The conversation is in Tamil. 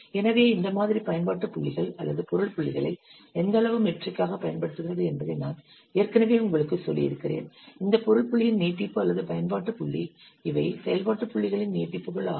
எனவே இந்த மாதிரி பயன்பாட்டு புள்ளிகள் அல்லது பொருள் புள்ளிகளை எந்த அளவு மெட்ரிக்காகப் பயன்படுத்துகிறது என்பதை நான் ஏற்கனவே உங்களுக்குச் சொல்லியிருக்கிறேன் இந்த பொருள் புள்ளியின் நீட்டிப்பு அல்லது பயன்பாட்டு புள்ளி இவை செயல்பாட்டு புள்ளிகளின் நீட்டிப்புகள் ஆகும்